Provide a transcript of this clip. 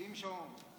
שים שעון, היושב-ראש.